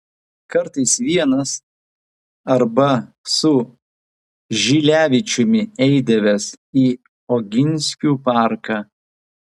kartais vienas arba su žilevičiumi eidavęs į oginskių parką